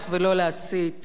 לא לגמד את האחר,